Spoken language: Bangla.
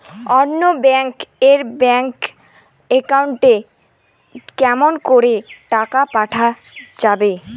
অন্য ব্যাংক এর ব্যাংক একাউন্ট এ কেমন করে টাকা পাঠা যাবে?